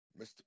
Mr